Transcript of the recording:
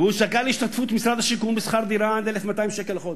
והוא זכאי להשתתפות משרד השיכון בשכר דירה עד 1,200 שקל לחודש,